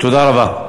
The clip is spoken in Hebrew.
תודה רבה.